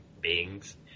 beings